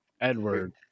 Edward